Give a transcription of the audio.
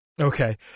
okay